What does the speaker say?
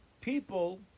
people